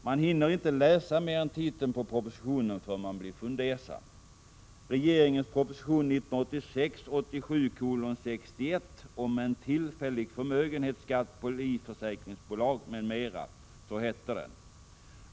Man hinner inte läsa mer än titeln på propositionen förrän man blir fundersam. ”Regeringens proposition 1986/87:61 om en tillfällig förmögenhetsskatt för livförsäkringsbolag, m.m.”, står det.